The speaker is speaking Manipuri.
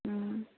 ꯎꯝ